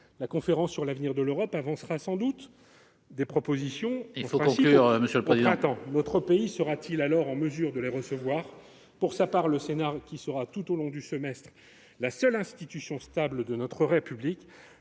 la Conférence sur l'avenir de l'Europe avancera sans doute des propositions au printemps. Veuillez conclure, mon cher collègue. Notre pays sera-t-il alors en mesure de les recevoir ? Pour sa part, le Sénat, qui sera tout au long du semestre la seule institution stable de notre République,